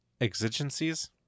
exigencies